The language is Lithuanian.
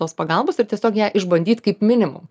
tos pagalbos ir tiesiog ją išbandyt kaip minimum